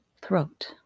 throat